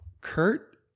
Kurt